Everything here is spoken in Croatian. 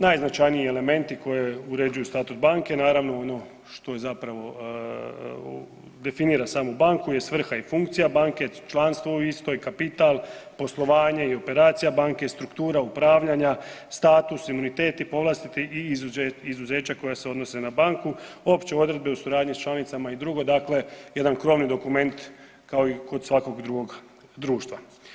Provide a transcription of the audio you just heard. Najznačajniji elementi koje uređuju statut banke naravno ono što je zapravo definira samu banku je svrha i funkcija banke, članstvo u istoj, kapital, poslovanje i operacija banke i struktura upravljanja, status, imunitet i … [[Govornik se ne razumije]] i izuzeća koja se odnose na banku, opće odredbe u suradnji s članicama i drugo, dakle jedan krovni dokument kao i kod svakog drugog društva.